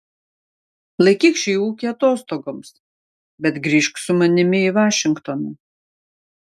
laikyk šį ūkį atostogoms bet grįžk su manimi į vašingtoną